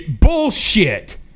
Bullshit